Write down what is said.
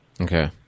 Okay